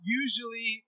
usually